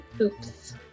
Oops